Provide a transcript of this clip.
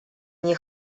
nie